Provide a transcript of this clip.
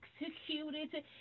executed